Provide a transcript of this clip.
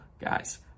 guys